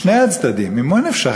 משני הצדדים: ממה נפשך?